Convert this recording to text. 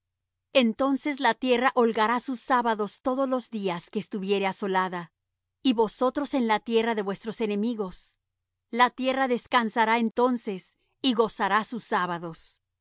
entonces la tierra holgará sus sábados todos los días que estuviere asolada y vosotros en la tierra de vuestros enemigos la tierra descansará entonces y gozará sus sábados